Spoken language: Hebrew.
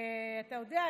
ואתה יודע,